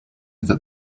that